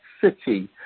city